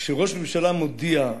כשראש הממשלה מודיע,